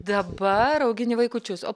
dabar augini vaikučius o